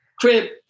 Crib